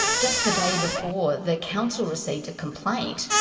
just the day before the council received a complaint,